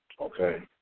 Okay